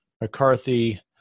McCarthy